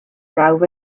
brawf